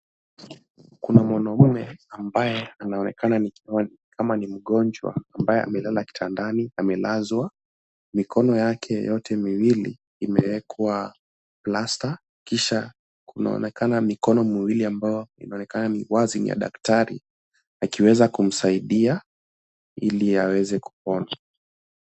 Kuna mwanaume ambaye anaonekana ni mgonjwa ambaye amelala kitandani , amelazwa .Mikono yake yote miwili imewekwa plasta kisha kunaonekana mikono miwili ambao inaonekana ni wazi ni ya daktari anaweza kumsaidia ili aweze kupika.